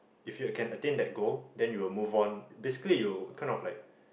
if you can attain that goal then you'll move on basically you kind of like